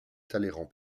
talleyrand